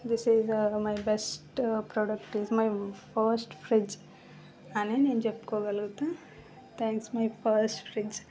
this is the my best product is my first fridge సంబంధించినఅని నేను చెప్పుకోగలుగుతా thanks my first fridge